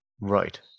Right